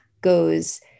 goes